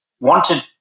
wanted